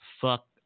Fuck